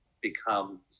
become